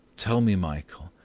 tell me, michael,